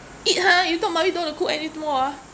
eat ha if not mummy don't want to cook any more ah